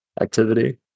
activity